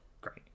Great